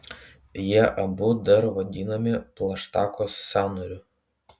jie abu dar vadinami plaštakos sąnariu